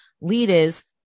leaders